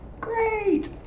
Great